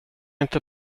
inte